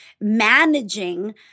managing